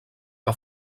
que